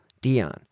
Dion